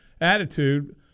attitude